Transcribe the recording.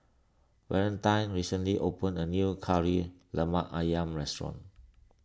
Valentine recently opened a new Kari Lemak Ayam restaurant